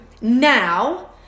now